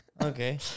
Okay